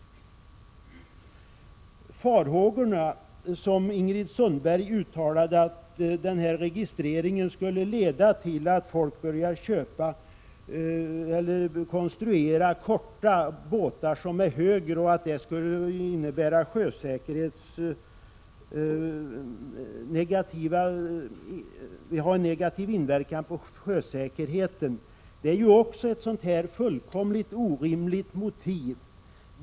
De farhågor som Ingrid Sundberg uttalade, att registreringen skulle leda till att folk börjar konstruera korta och höga båtar och att det skulle innebära en negativ inverkan på sjösäkerheten, är också det ett fullkomligt orimligt motiv.